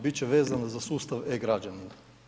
Bit će vezano za sustav e-građanina.